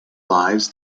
lives